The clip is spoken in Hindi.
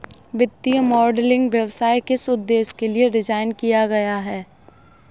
वित्तीय मॉडलिंग व्यवसाय किस उद्देश्य के लिए डिज़ाइन किया गया है?